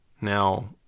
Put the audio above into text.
Now